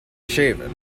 shaven